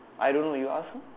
I don't know you ask her